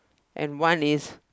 and one is